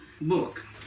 book